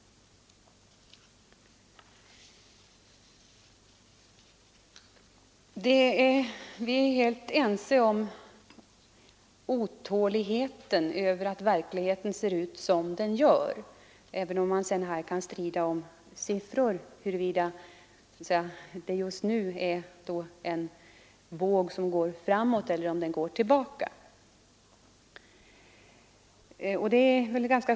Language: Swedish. Vi är helt ense när det gäller otåligheten över att verkligheten ser ut som den gör, även om man sedan kan strida om siffror och diskutera huruvida det just nu är en våg som går framåt eller en våg som går tillbaka.